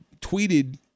tweeted